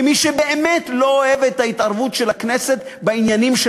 כמי שבאמת לא אוהב את ההתערבות של הכנסת בעניינים של